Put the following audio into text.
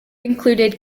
included